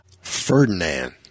Ferdinand